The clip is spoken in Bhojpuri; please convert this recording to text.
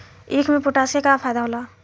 ईख मे पोटास के का फायदा होला?